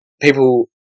People